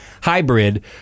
hybrid